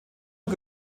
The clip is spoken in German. und